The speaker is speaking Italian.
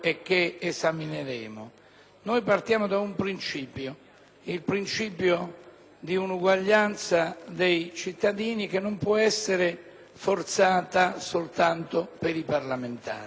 un principio, quello di un'uguaglianza dei cittadini che non può essere forzata soltanto per i parlamentari. Quindi, noi riteniamo che sia giusto